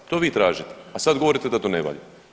To vi tražite, a sad govorite da to ne valja.